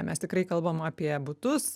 mes tikrai kalbam apie butus